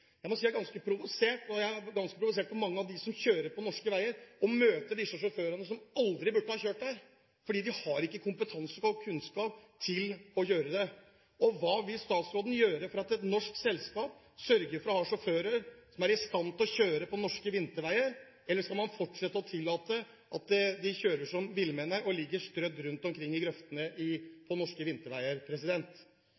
Jeg må si at jeg er ganske provosert over at mange av dem som kjører på norske veier, er sjåfører som aldri burde ha kjørt her, fordi de ikke har kompetanse og kunnskap til å gjøre det. Hva vil statsråden gjøre for at et norsk selskap sørger for å ha sjåfører som er i stand til å kjøre på norske vinterveier? Eller skal man fortsette å tillate at de kjører som villmenn, og at bilene ligger strødd rundt omkring i grøftene